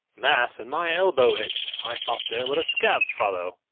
mass, and my elbow itched i thought there would a scab follow.